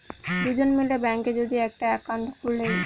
দুজন মিলে ব্যাঙ্কে যদি একটা একাউন্ট খুলে